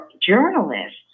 journalists